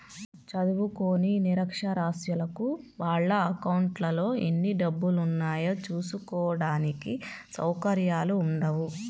చదువుకోని నిరక్షరాస్యులకు వాళ్ళ అకౌంట్లలో ఎన్ని డబ్బులున్నాయో చూసుకోడానికి సౌకర్యాలు ఉండవు